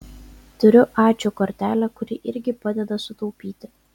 turiu ačiū kortelę kuri irgi padeda sutaupyti